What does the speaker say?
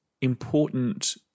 important